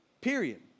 Period